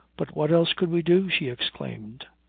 but what else could we do? she exclaimed.